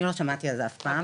אני לא שמעתי על זה אף פעם